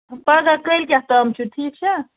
پَگاہ کٲلۍ کٮ۪تھ تام چھُ ٹھیٖک چھا